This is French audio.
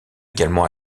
également